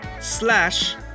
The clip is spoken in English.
slash